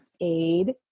aid